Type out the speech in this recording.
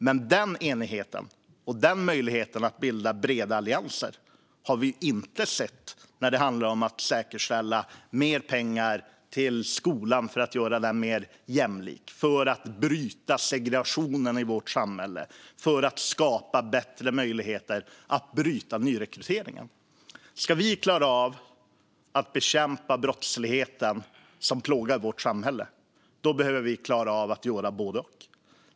Men den enigheten och den möjligheten att bilda breda allianser har vi inte sett när det handlar om att säkerställa mer pengar till skolan för att göra den mer jämlik, för att bryta segregationen i vårt samhälle och för att skapa bättre möjligheter att bryta nyrekryteringen. Ska vi klara av att bekämpa brottsligheten som plågar vårt samhälle behöver vi klara av att göra både och.